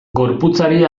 gorputzari